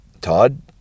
Todd